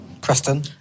Preston